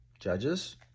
Judges